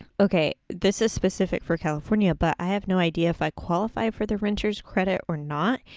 okay, this is specific for california, but i have no idea if i qualify for the renter's credit or not.